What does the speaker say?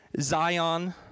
Zion